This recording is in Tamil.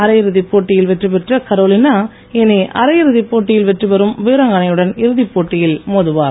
அரையிறுதிப் போட்டியில் வெற்றி பெற்ற கரோலினா இனி அரையிறுதி போட்டியில் வெற்றி பெரும் வீராங்கனையுடன் இறுதிப் போட்டியில் மோதுவார்